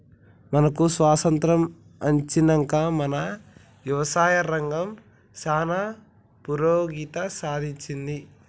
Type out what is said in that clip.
మనకు స్వాతంత్య్రం అచ్చినంక మన యవసాయ రంగం సానా పురోగతి సాధించింది